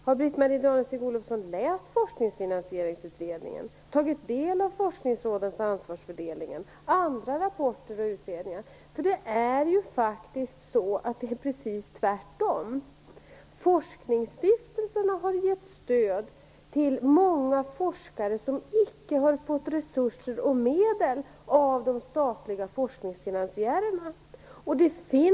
Har Britt-Marie Danestig-Olofsson läst Forskningsfinansieringsutredningen och tagit del av forskningsrådens ansvarsfördelning och andra rapporter och utredningar? Det är ju faktiskt precis tvärtom. Forskningsstiftelserna har gett stöd till många forskare som icke har fått resurser och medel av de statliga forskningsfinansiärerna.